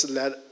let